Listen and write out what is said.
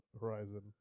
Horizon